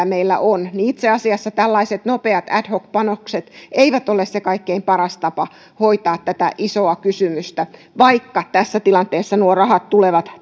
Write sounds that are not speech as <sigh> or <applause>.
<unintelligible> meillä on niin itse asiassa tällaiset nopeat ad hoc panokset eivät ole se kaikkein paras tapa hoitaa tätä isoa kysymystä vaikka tässä tilanteessa nuo rahat tulevat <unintelligible>